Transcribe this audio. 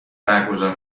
برگزار